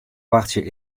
wachtsje